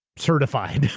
certified,